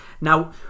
Now